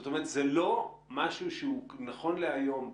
זאת אומרת, זה לא משהו שהוא נכון להיום,